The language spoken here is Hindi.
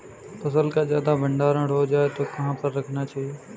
फसल का ज्यादा भंडारण हो जाए तो कहाँ पर रखना चाहिए?